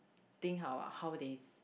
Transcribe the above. think how how they